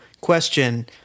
question